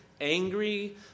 angry